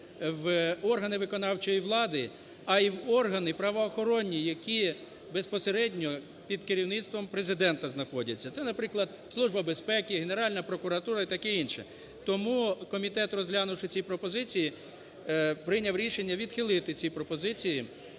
в органи виконавчої влади, а і в органи правоохоронні, які безпосередньо під керівництвом Президента знаходяться, це, наприклад, Служба безпеки, Генеральна прокуратура і таке інше. Тому комітет, розглянувши ці пропозиції, прийняв рішення відхилити ці пропозиції,